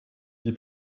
die